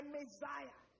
Messiah